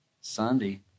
Sunday